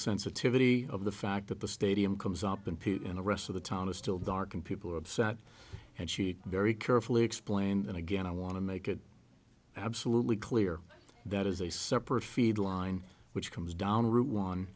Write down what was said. sensitivity of the fact that the stadium comes up in putin the rest of the town is still dark and people are upset and she very carefully explained and again i want to make it absolutely clear that is a separate feed line which comes down route one